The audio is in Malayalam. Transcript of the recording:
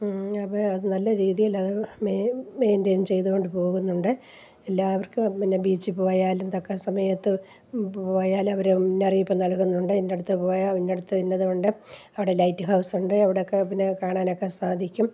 അപ്പോൾ അത് നല്ല രീതിയിൽ അത് മെയിൻ്റെയിൻ ചെയ്ത് കൊണ്ട് പോകുന്നുണ്ട് എല്ലാവർക്കും പിന്നെ ബീച്ചിൽ പോയാലും തക്ക സമയത്ത് പോയാൽ അവർ മുന്നറിയിപ്പ് അതിൻ്റെ അടുത്ത് പോയാൽ അതിൻ്റെ അടുത്ത് ഇന്നത് ഉണ്ട് അവിടെ ലൈറ്റ് ഹൗസ് ഉണ്ട് അവിടെയൊക്കെ പിന്നെ കാണാനൊക്കെ സാധിക്കും